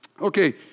Okay